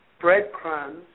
breadcrumbs